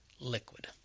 liquid